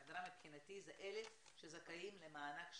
ההגדרה מבחינתי זה אלה שזכאים למענק שנתי.